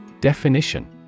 Definition